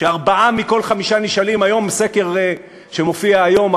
בסקר שמופיע היום,